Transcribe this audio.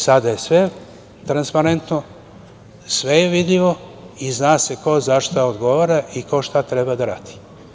Sada je sve transparentno, sve je vidljivo i zna se ko za šta odgovara i ko šta treba da radi.